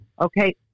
Okay